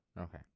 okay